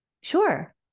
sure